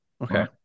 Okay